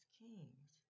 kings